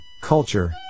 culture